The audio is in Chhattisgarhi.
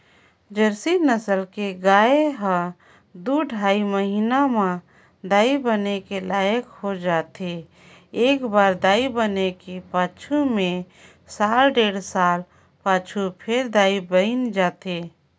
जरसी नसल के गाय ह दू ढ़ाई महिना म दाई बने के लइक हो जाथे, एकबार दाई बने के पाछू में साल डेढ़ साल पाछू फेर दाई बइन जाथे